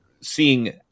seeing